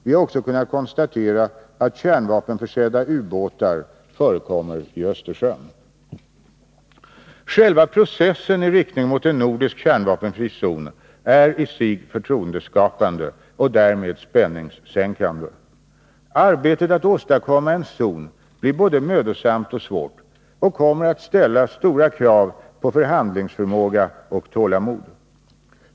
Vi har också kunnat konstatera att kärnvapenförsedda ubåtar förekommer i Östersjön. Själva processen i riktning mot en nordisk kärnvapenfri zon är i sig förtroendeskapande och därmed spänningssänkande. Arbetet att åstadkomma en zon blir både mödosamt och svårt och kommer att ställa stora krav på förhandlingsförmåga och tålamod.